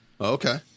Okay